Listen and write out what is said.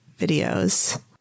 videos